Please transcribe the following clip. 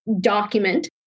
document